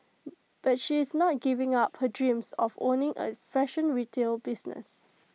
but she is not giving up her dreams of owning A fashion retail business